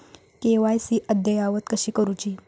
KYC अद्ययावत कशी करुची?